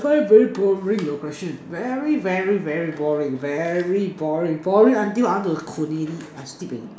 very very boring your question very very very boring very boring boring until I don't so need it actually